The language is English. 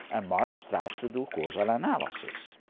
and marx tries to do causal analysis.